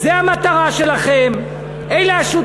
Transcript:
זה המשרד, זו המטרה שלכם, אלה השותפים.